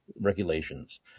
regulations